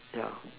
yeah